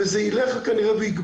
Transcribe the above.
וכנראה שזה ילך ויגבר.